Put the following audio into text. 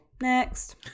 next